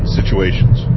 situations